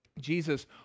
Jesus